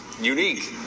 Unique